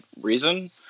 reason